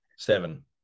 Seven